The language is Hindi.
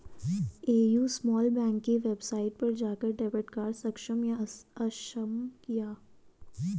ए.यू स्मॉल बैंक की वेबसाइट पर जाकर डेबिट कार्ड सक्षम या अक्षम किया